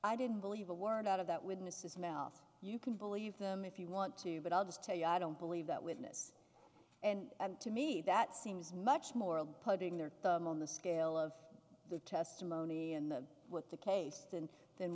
i didn't believe a word out of that witness's mouth you can believe them if you want to but i'll just tell you i don't believe that witness and to me that seems much more like putting their thumb on the scale of the testimony in the with the case and then